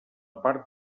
part